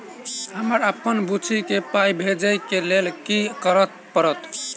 हमरा अप्पन बुची केँ पाई भेजइ केँ लेल की करऽ पड़त?